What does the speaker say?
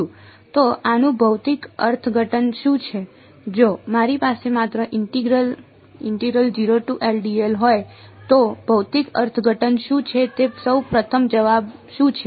તો આનું ભૌતિક અર્થઘટન શું છે જો મારી પાસે માત્ર ઇન્ટિગ્રલ હોય તો ભૌતિક અર્થઘટન શું છે તે સૌ પ્રથમ જવાબ શું છે